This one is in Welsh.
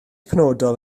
penodol